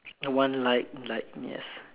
a one like like yes